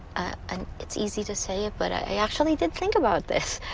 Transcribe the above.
and it's easy to say it, but i actually did think about this.